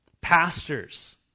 pastors